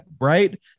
right